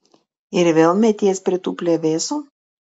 ir vėl meties prie tų plevėsų